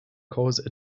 cause